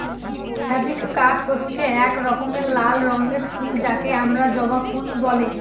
hibiscus হচ্ছে এক রকমের লাল রঙের ফুল যাকে আমরা জবা ফুল বলে